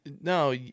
No